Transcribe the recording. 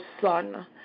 son